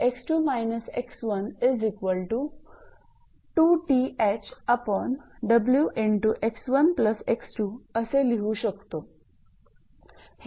आता इक्वेशन 61 वरून आपण असे लिहू शकतो